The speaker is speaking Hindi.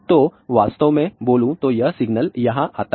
तो वास्तव में बोलूं तो यह सिग्नल यहां आता है